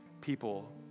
people